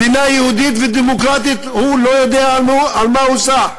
מדינה יהודית ודמוקרטית, הוא לא יודע מה הוא סח.